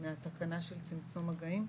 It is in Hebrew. מהתקנה של צמצום מגעים?